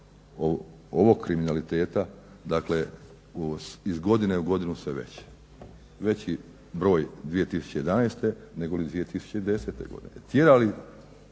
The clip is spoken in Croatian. ovog kriminaliteta iz godine u godinu sve veći. Veći broj 2011. negoli 2010. godine.